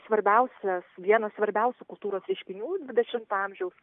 svarbiausias vienas svarbiausių kultūros reiškinių dvidešimto amžiaus